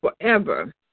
forever